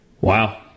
Wow